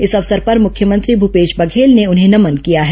इस अवसर पर मुख्यमंत्री भूपेश बघेल ने उन्हें नमन किया है